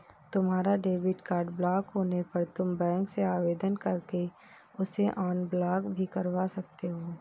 तुम्हारा debit card block होने पर तुम बैंक से आवेदन करके उसे अनब्लॉक भी करवा सकते हो